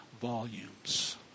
volumes